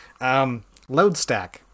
LoadStack